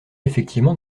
effectivement